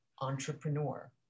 entrepreneur